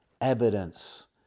evidence